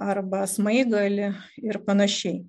arba smaigalį ir panašiai